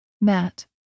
Matt